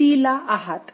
c ला आहात